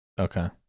Okay